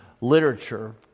literature